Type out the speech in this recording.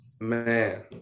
Man